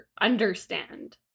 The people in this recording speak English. understand